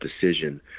decision